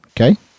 okay